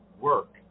work